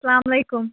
سلامُ علیکُم